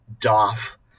doff